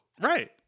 Right